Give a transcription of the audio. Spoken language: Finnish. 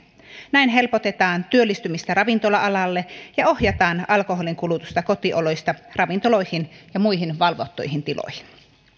näin helpotetaan työllistymistä ravintola alalle ja ohjataan alkoholinkulutusta kotioloista ravintoloihin ja muihin valvottuihin tiloihin